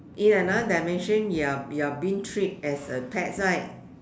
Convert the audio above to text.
in another dimension you are you are being treat as a pets right